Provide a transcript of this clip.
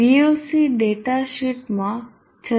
Voc data શીટમાં 36